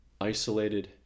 isolated